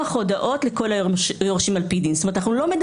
אני מופתע מזה שאין חובת יידוע לכל היורשים על-פי דין בכל מקרה.